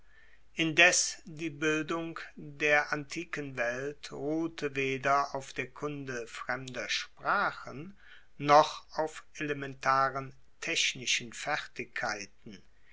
indes die bildung der antiken welt ruhte weder auf der kunde fremder sprachen noch auf elementaren technischen fertigkeiten